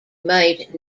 might